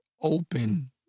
open